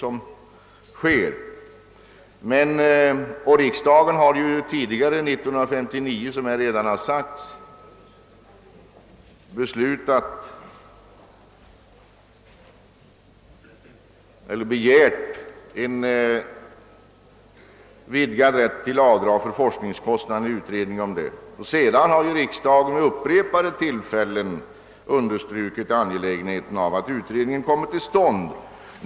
Som redan framhållits begärde riksdagen 1959 en utredning om vidgning av rätten till avdrag för forskningskostnader. Därefter har riksdagen vid upprepade tillfällen understrukit angelägenheten av att utredningen kommer till stånd.